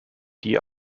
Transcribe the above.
die